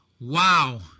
wow